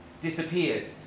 disappeared